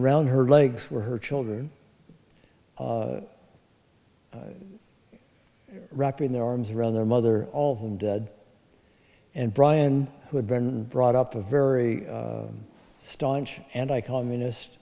around her legs were her children wrapping their arms around their mother all of them dead and brian who had been brought up a very staunch and i communist